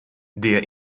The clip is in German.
der